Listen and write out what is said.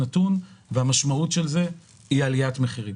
והמשמעות היא עליית מחירים.